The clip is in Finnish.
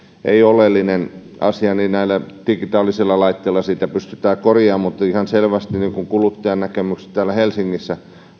ole oleellinen asia näillä digitaalisilla laitteilla sitä pystytään korjaamaan mutta ihan selvästi kuluttajan näkemyksen mukaan täällä helsingissä